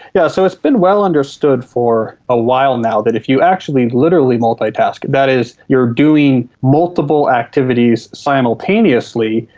yeah so it has been well understood for a while now that if you actually literally multitask, that is you are doing multiple activities simultaneously,